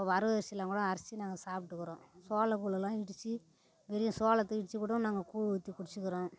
இப்போ வரவு அரிசிலாம் கூட அரிசி நாங்கள் சாப்பிட்டுக்கறோம் சோள கொள்ளுலாம் இடித்து வெறுயும் சோளத்தை இடித்து போட்டு நாங்கள் கூழ் ஊற்றி குடிச்சிக்கிறோம்